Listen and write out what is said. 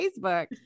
Facebook